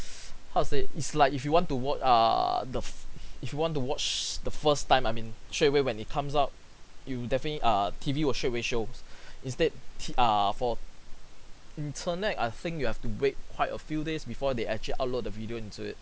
how to say it's like if you want to watc~ err the if you want to watch the first time I mean straight away when it comes out you definitely err T_V will straight away shows instead t err for internet I think you have to wait quite a few days before they actually upload the video into it